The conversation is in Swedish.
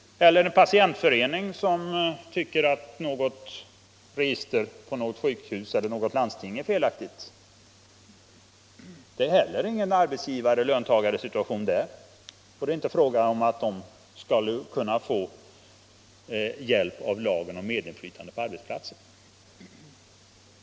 Eller ta en patientförening. som tycker att ett register på ett sjukhus eller något landsting är felaktigt. Det är inte heller där fråga om någon arbetsgivar-löntagarsituation, och det är inte fråga om att de skall kunna få hjälp av lagen om medinflytande på arbetsplatsen.